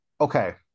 Okay